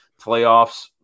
Playoffs